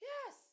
Yes